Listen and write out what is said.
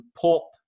pop